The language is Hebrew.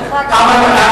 דרך אגב,